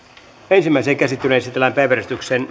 ensimmäiseen käsittelyyn esitellään päiväjärjestyksen